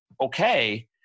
okay